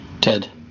Ted